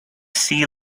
see